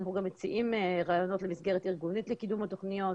אנחנו גם מציעים רעיונות למסגרת ארגונית לקידום התוכניות.